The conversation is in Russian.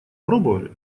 пробовали